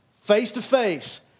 face-to-face